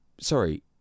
sorry